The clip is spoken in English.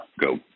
go